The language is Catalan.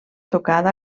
tocada